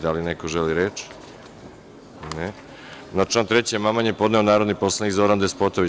Da li neko želi reč? (Ne) Na član 3. amandman je podneo narodni poslanik Zoran Despotović.